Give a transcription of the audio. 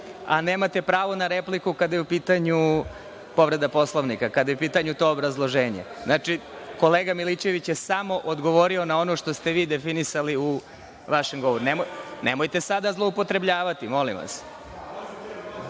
a nemate pravo na repliku kada je u pitanju povreda Poslovnika, kada je u pitanju to obrazloženje. Znači, kolega Milićević je samo odgovorio na ono što ste vi definisali u vašem govoru. Nemojte sada zloupotrebljavati, molim